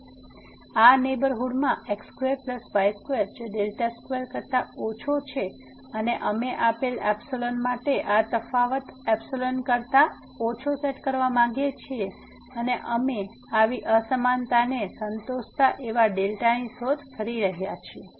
તેથી આ નેહબરહુડમાં x2y2 જે 2 કરતા ઓછો છે અને અમે આપેલ માટે આ તફાવત કરતા ઓછો સેટ કરવા માગીએ છીએ અને અમે આવી અસમાનતાને સંતોષતા એવા ની શોધ કરી રહ્યા છીએ